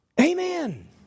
Amen